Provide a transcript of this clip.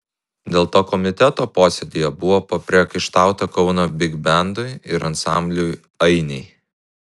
dėl to komiteto posėdyje buvo papriekaištauta kauno bigbendui ir ansambliui ainiai